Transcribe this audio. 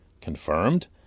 confirmed